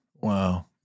wow